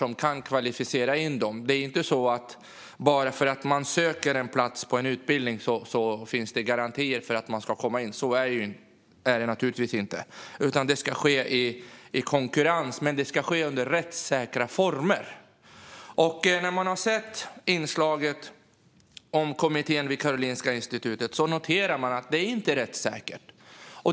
Det är givetvis inte så att bara för att man söker till en utbildning är man garanterad en plats. Antagningen ska ske i konkurrens men under rättssäkra former. Efter att ha sett inslaget om kommittén vid Karolinska institutet noterar jag att det inte är rättssäkert.